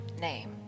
name